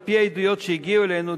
על-פי עדויות שהגיעו אלינו,